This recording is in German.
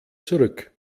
zurück